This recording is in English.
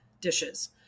dishes